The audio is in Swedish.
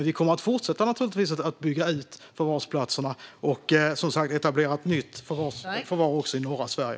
Vi kommer naturligtvis att fortsätta att bygga ut förvarsplatserna och som sagt etablera ett nytt förvar i norra Sverige.